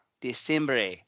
December